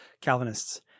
Calvinists